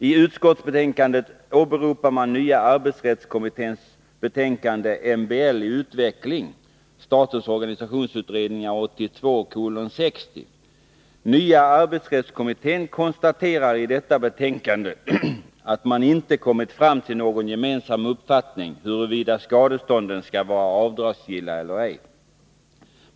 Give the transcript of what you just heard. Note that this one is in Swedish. I utskottsbetänkandet åberopar man nya arbetsrättskommitténs betänkande MBL i utveckling, SOU 1982:60. Nya arbetsrättskommittén konstaterar i detta betänkande att man inte kommit fram till någon gemensam uppfattning huruvida skadestånden skall vara avdragsgilla eller ej.